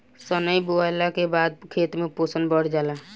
सनइ बोअला के बाद खेत में पोषण बढ़ जाला